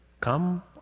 come